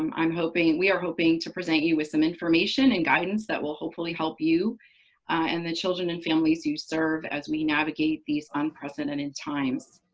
um i'm hoping we are hoping to present you with some information and guidance that will hopefully help you and the children and families you serve as we navigate these unprecedented times.